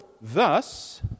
thus